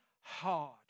hard